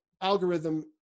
algorithm